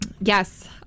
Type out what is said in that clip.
Yes